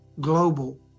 global